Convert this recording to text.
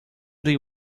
they